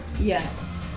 Yes